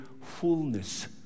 fullness